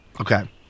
Okay